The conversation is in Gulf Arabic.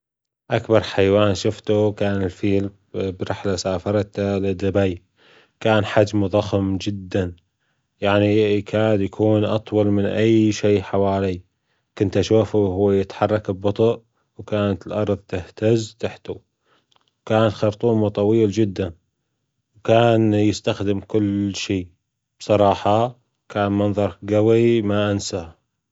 أكبر حيوان شفته كان الفيل برحلة سافرت لدبي، كان حجمه ضخم جدا يعني يكاد يكون أطول من أي شيء حوالي، كنت أشوفه وهو يتحرك ببطء وكانت الأرض تهتز تحته، كان خرطومه طويل جدا كان يستخدم كل شيء بصراحة كان منظر جوي ما انساه.